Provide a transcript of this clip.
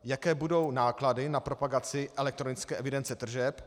Jaké budou náklady na propagaci elektronické evidence tržeb?